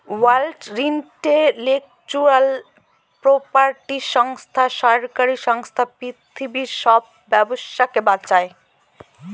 world intellectual property সংস্থা সরকারি সংস্থা পৃথিবীর সব ব্যবসাকে বাঁচায়